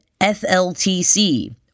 FLTC